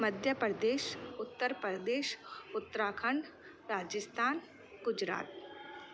Madhya Pradesh Uttar Pradesh Uttarakhand Rajasthan Gujarat